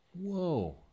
Whoa